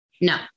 No